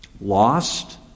lost